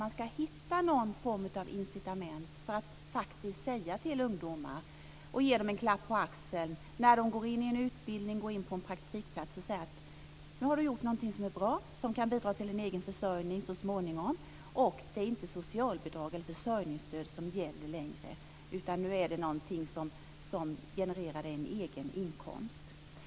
Ska man hitta någon form av incitament så att man kan ge ungdomarna en klapp på axeln när de går in i en utbildning eller på en praktikplats och säga till dem att de har gjort någonting som är bra och som kan bidra till att de så småningom kan klara sin egen försörjning? Det är inte socialbidrag eller försörjningsstöd som gäller längre, utan nu är det någonting som genererar dem en egen inkomst.